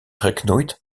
geknoeid